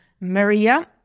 Maria